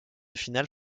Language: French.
finale